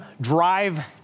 drive